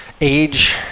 age